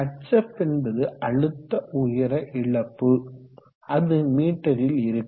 hf என்பது அழுத்த உயர இழப்பு அது மீட்டரில் இருக்கும்